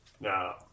No